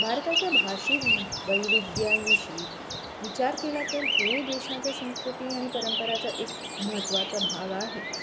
भारताच्या भाषिक वैविध्याविषयी विचार केला तर हे देशाच्या संस्कृती आणि परंपराचा एक महत्त्वाचा भाग आहेच